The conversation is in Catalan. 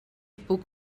puc